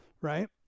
right